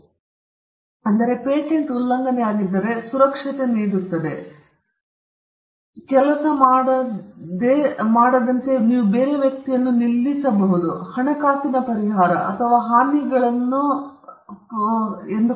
ಆದ್ದರಿಂದ ಪೇಟೆಂಟ್ ಉಲ್ಲಂಘನೆಯಾಗಿದ್ದರೆ ಅಥವಾ ಪೇಟೆಂಟ್ ಉಲ್ಲಂಘನೆಯು ಪರಿಹಾರವಾಗಿದ್ದರೆ ಸುರಕ್ಷತೆ ನೀಡುತ್ತದೆ ವ್ಯಕ್ತಿಯನ್ನು ಕೆಲಸ ಮಾಡಬಾರದು ಎಂದು ನೀವು ಕೇಳುವ ವ್ಯಕ್ತಿಯನ್ನು ನೀವು ನಿಲ್ಲಿಸಬಹುದು ಅಥವಾ ನಾವು ಹಣಕಾಸಿನ ಪರಿಹಾರ ಅಥವಾ ಹಾನಿಗಳನ್ನು ಕರೆಯುವದನ್ನು ನೀವು ಹೇಳಬಹುದು